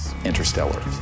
interstellar